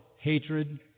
hatred